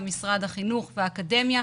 משרד החינוך והאקדמיה,